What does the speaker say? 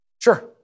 Sure